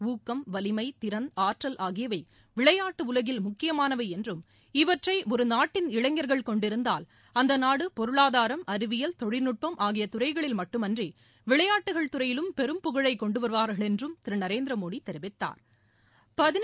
ஊக்கம் வலிமை திறன் ஆற்றல் ஆகியவை விளையாட்டு உலகில் முக்கியமானவை என்றும் இவற்றை ஒரு நாட்டின் இளைஞர்கள் கொண்டிருந்தால் அந்த நாடு பொருளாதாரம் அறிவியல் தொழில்நுட்பம் ஆகிய துறைகளில் மட்டுமின்றி விளையாட்டுகள் துறையிலும் பெரும்புகழை கொண்டு வருவாா்கள் என்றும் திரு நரேந்திரமோடி தெரிவித்தாா்